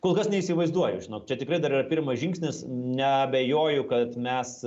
kol kas neįsivaizduoju žinok čia tikrai dar yra pirmas žingsnis neabejoju kad mes